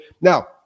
Now